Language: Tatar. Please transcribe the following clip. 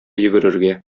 йөгерергә